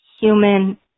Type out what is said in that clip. human